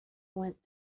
went